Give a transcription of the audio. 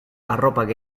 arropak